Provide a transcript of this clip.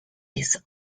its